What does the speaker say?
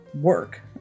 work